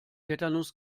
tetanus